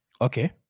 Okay